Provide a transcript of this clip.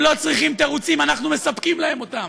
הם לא צריכים תירוצים, אנחנו מספיקים להם אותם.